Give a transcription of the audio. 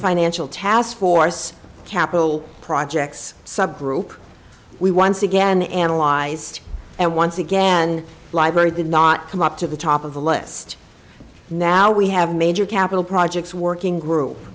financial taskforce capital projects subgroup we once again analyzed and once again library did not come up to the top of the list now we have major capital projects working gro